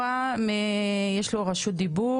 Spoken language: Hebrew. יש לו רשות דיבור,